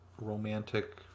romantic